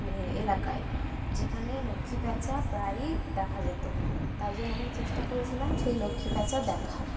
মানে এলাকায় যেখানে লক্ষ্মী প্যাঁচা প্রায়ই দেখা যেত তাই জন্য আমি চেষ্টা করেছিলাম সেই লক্ষ্মী প্যাঁচা দেখার